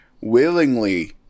willingly